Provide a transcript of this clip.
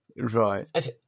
Right